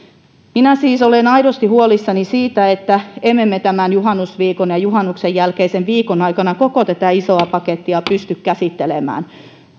minä siis olen aidosti huolissani siitä että emme me tämän juhannusviikon ja juhannuksen jälkeisen viikon aikana koko tätä isoa pakettia pysty käsittelemään